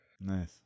Nice